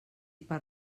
per